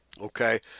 Okay